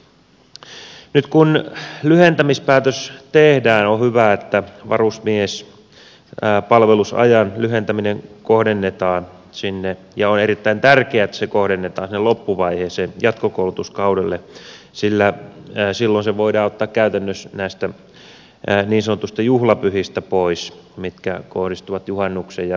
nyt kun lyhentämispäätös tehdään on hyvä ja erittäin tärkeää että varusmiespalvelusajan lyhentäminen kohdennetaan sinne jo erittäin tärkeä se kohdennetaan loppuvaiheeseen jatkokoulutuskaudelle sillä silloin se voidaan ottaa käytännössä pois näistä niin sanotuista juhlapyhistä mitkä kohdistuvat juhannuksen ja joulun aikoihin